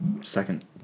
second